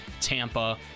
Tampa